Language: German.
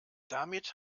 damit